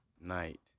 night